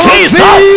Jesus